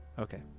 Okay